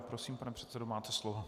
Prosím, pane předsedo, máte slovo.